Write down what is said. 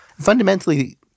Fundamentally